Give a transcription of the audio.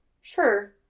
Sure